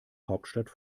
hauptstadt